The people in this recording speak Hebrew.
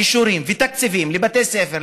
אישורים ותקציבים לבתי ספר,